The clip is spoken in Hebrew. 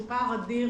הוא אדיר.